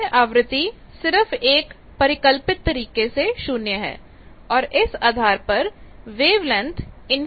यह आवृत्ति सिर्फ एक परिकल्पित तरीके से 0 है और इस आधार पर वेवलेंथ इन्फिनेट है